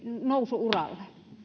nousu uralle